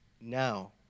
now